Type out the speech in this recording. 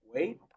Wait